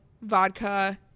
vodka